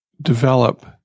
develop